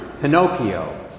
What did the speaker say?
Pinocchio